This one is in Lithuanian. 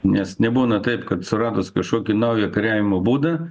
nes nebūna taip kad suradus kažkokį naują kariavimo būdą